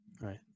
Right